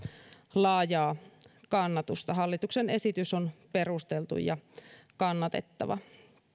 laajaa kannatusta hallituksen esitys on perusteltu ja kannatettava